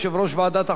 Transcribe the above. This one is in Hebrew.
חוק ומשפט,